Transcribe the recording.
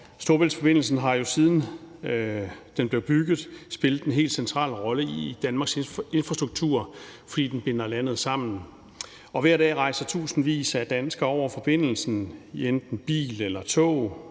Storebæltsforbindelsen har jo, siden den blev bygget, spillet en central rolle i Danmarks infrastruktur, fordi den binder landet sammen. Hver dag rejser tusindvis af danskere over forbindelsen i enten bil eller tog,